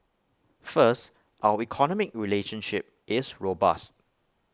first our economic relationship is robust